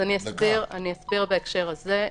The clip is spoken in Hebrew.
אז אני אסביר בהקשר הזה.